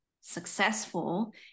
successful